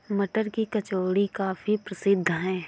मटर की कचौड़ी काफी प्रसिद्ध है